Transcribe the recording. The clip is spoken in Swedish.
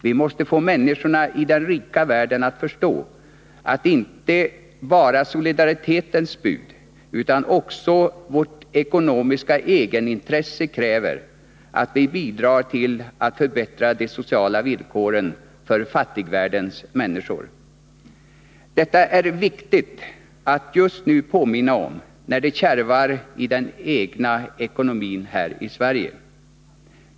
Vi måste få människorna i den rika världen att förstå att inte bara solidaritetens bud utan också vårt ekonomiska egenintresse kräver att vi bidrar till att förbättra de sociala villkoren för fattigvärldens människor. Detta är viktigt att påminna om just nu när det kärvar i vår egen ekonomi här i Sverige.